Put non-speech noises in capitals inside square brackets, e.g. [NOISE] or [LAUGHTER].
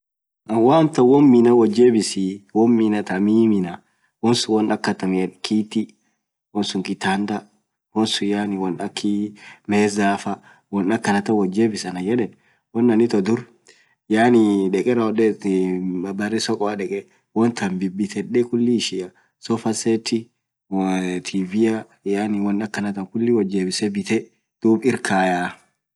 annin amtan hoo woan minna faa woat jebisii, woan minna taa mii eed kitii faa, dekee bitaa bare sokoa faa deeke bitaa. sofaset faa [HESITATION] sofaa sett faa ahey.